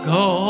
go